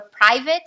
private